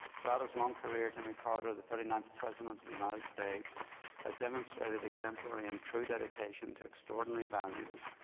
throughout his long career, jimmy carter, the thirty-ninth president of the united states has demonstrated exemplary and true dedication to extraordinary values.